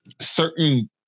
certain